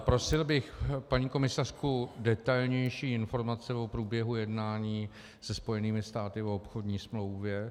Prosil bych paní komisařku: detailnější informace o průběhu jednání se Spojenými státy o obchodní smlouvě.